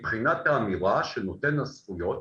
זאת מבחינת האמירה שנותן הזכויות